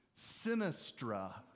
sinistra